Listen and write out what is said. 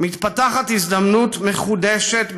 מתפתחת הזדמנות מחודשת לפנינו,